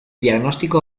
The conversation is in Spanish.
diagnóstico